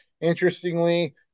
Interestingly